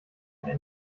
under